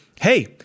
hey